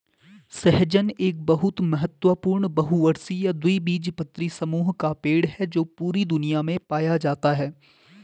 सहजन एक बहुत महत्वपूर्ण बहुवर्षीय द्विबीजपत्री समूह का पेड़ है जो पूरी दुनिया में पाया जाता है